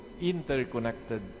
interconnected